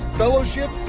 fellowship